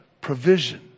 provision